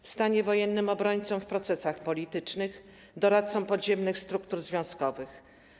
W stanie wojennym był obrońcą w procesach politycznych, doradcą podziemnych struktur związkowych.